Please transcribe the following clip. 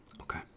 Okay